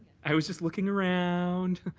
i was just looking around.